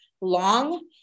long